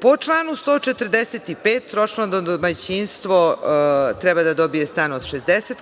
Po članu 145. tročlano domaćinstvo treba da dobije stan od 60